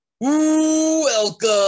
Welcome